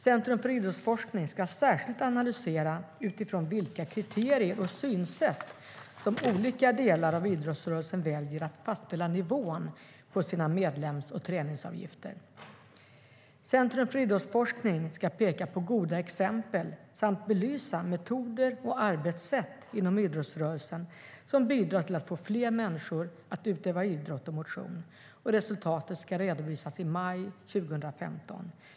Centrum för idrottsforskning ska särskilt analysera utifrån vilka kriterier och synsätt olika delar av idrottsrörelsen väljer att fastställa nivån på sina medlems och träningsavgifter. Centrum för idrottsforskning ska peka på goda exempel samt belysa metoder och arbetssätt inom idrottsrörelsen som bidrar till att få fler människor att utöva idrott och motion. Resultatet ska redovisas i maj 2015.